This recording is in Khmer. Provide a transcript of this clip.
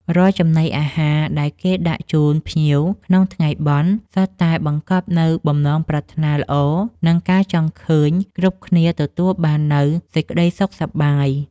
រាល់ចំណីអាហារដែលគេដាក់ជូនភ្ញៀវក្នុងថ្ងៃបុណ្យ សុទ្ធតែបង្កប់នូវបំណងប្រាថ្នាល្អ និងការចង់ឃើញគ្រប់គ្នាទទួលបាននូវសេចក្តីសុខសប្បាយ។